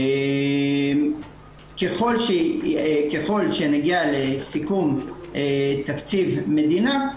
ככל שנגיע לסיכום תקציב מדינה,